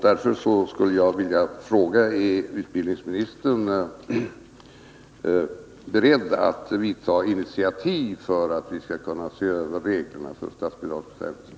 Därför skulle jag vilja fråga utbildningsministern om han är beredd att ta initiativ för att få till stånd en översyn av statsbidragsreglerna.